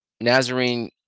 Nazarene